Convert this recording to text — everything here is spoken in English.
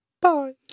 Bye